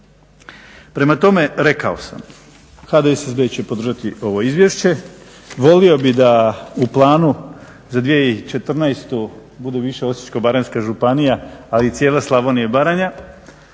Prema tome, rekao sam, HDSSB će podržati ovi izvješće. Volio bih da u planu za 2014.budu više Osječko-baranjska županija a i cijela Slavonija i Baranja,